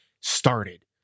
started